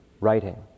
writing